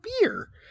beer